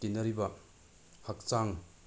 ꯇꯤꯟꯅꯔꯤꯕ ꯍꯛꯆꯥꯡ